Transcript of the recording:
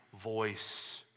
voice